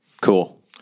Cool